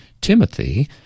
Timothy